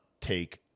take